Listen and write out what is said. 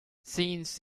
scenes